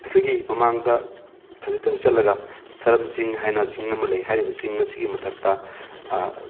ꯑꯩꯈꯣꯏꯒꯤ ꯃꯃꯥꯡꯗ ꯈꯖꯤꯛꯇꯪ ꯆꯠꯂꯒ ꯁꯔꯝꯆꯤꯡ ꯍꯥꯏꯅ ꯆꯤꯡ ꯑꯃ ꯂꯩ ꯍꯥꯏꯔꯤꯕ ꯆꯤꯡ ꯑꯁꯤꯒꯤ ꯃꯊꯛꯇ